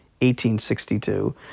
1862